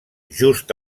just